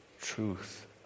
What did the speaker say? truth